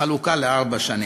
בחלוקה לארבע שנים.